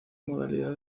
modalidad